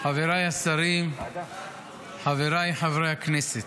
חבריי השרים, חבריי חברי הכנסת,